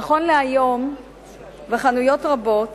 נכון להיום בחנויות רבות